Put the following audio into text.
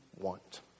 want